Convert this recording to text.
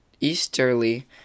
easterly